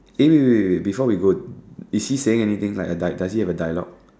eh wait wait wait wait before we go is he saying anything like does does he have a dialogue